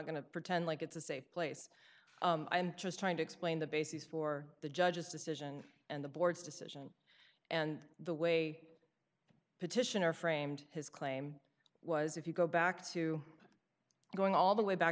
going to pretend like it's a safe place i'm just trying to explain the basis for the judge's decision and the board's decision and the way petitioner framed his claim was if you go back to going all the way back